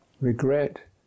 regret